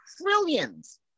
trillions